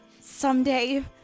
someday